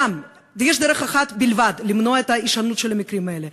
יש דרך אחת בלבד למנוע את הישנות המקרים האלה,